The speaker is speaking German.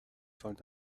sollen